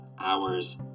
hours